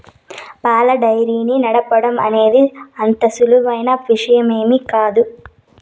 పాల డెయిరీ నడపటం అనేది అంత సులువైన విషయమేమీ కాదు